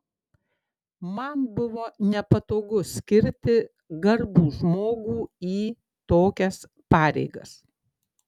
man buvo nepatogu skirti garbų žmogų į tokias pareigas